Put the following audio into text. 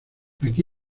aquí